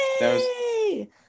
Yay